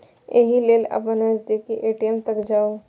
एहि लेल अपन नजदीकी ए.टी.एम तक जाउ